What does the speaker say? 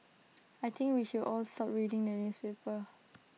I think we should all stop reading the newspaper